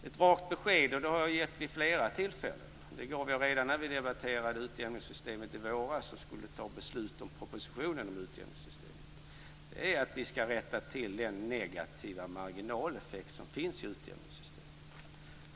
Ett rakt besked är - och det har jag gett vid flera tillfällen, t.ex. redan i våras när vi debatterade utjämningssystemet och skulle ta beslut om propositionen om utjämningssystemet - att vi ska rätta till den negativa marginaleffekt som finns i utjämningssystemet.